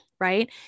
right